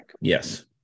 Yes